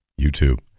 YouTube